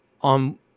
on